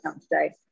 today